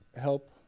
help